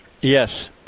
Yes